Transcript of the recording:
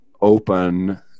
open